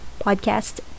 podcast